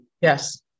Yes